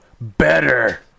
better